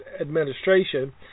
Administration